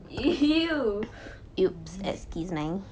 !eww!